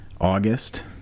August